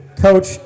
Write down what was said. Coach